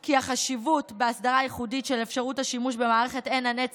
כי החשיבות בהסדרה ייחודית של אפשרות השימוש במערכת עין הנץ